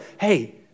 hey